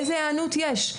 איזה היענות יש,